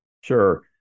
Sure